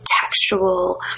textual